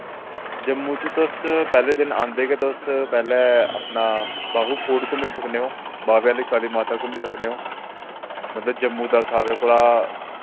जम्मू च तुस पैह्ले दिन आंदे गै तुस पैह्लें अपना बाहु फोर्ट घुम्मी सकने ओ बाह्वे आह्ली माता घुम्मी सकने आं मतलब जम्मू दा सारें कोला